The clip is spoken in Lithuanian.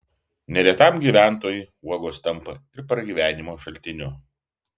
neretam gyventojui uogos tampa ir pragyvenimo šaltiniu